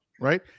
Right